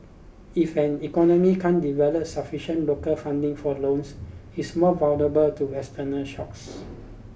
if an economy can't develop sufficient local funding for loans it's more vulnerable to external shocks